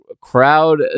crowd